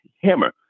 Hammer